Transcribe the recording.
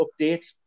updates